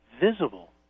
visible